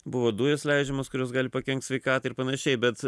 buvo dujos leidžiamos kurios gali pakenkt sveikatai ir panašiai bet